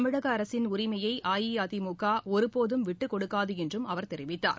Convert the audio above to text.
தமிழக அரசின் உரிமையை அஇஅதிமுக ஒருபோதும் விட்டுக்கொடுக்காது என்றும் அவர் தெரிவித்தார்